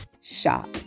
shop